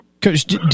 coach